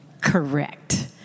correct